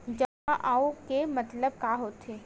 जमा आऊ के मतलब का होथे?